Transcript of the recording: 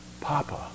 Papa